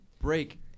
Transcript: break